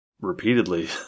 repeatedly